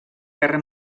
guerra